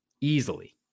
easily